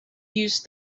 used